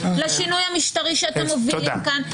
לשינוי המשטרי שאתם מובילים פה.